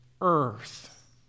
Earth